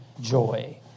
joy